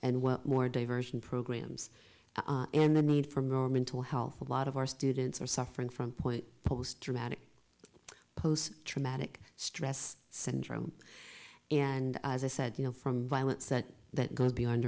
well more diversion programs and the need from your mental health a lot of our students are suffering from point post dramatic post traumatic stress syndrome and as i said you know from violence that that goes beyond